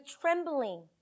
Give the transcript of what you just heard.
trembling